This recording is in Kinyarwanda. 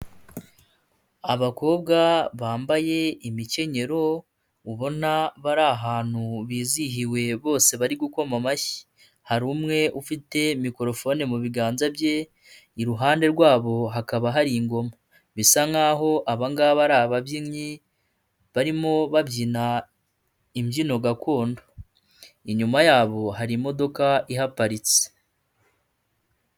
Abakobwa bambaye imikenyero ubona bari ahantu bizihiwe bose bari gukoma amashyi, hari umwe ufite mikorofone mu biganza bye iruhande rwabo hakaba hari ingoma bisa nk'aho aba ngaba ari ababyinnyi barimo babyina imbyino gakondo, inyuma yabo hari imodoka ihaparitse.